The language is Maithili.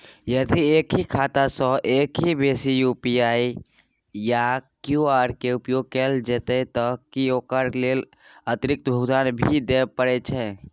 यदि एक ही खाता सं एक से बेसी यु.पी.आई या क्यू.आर के उपयोग कैल जेतै त की ओकर लेल अतिरिक्त भुगतान भी देबै परै छै?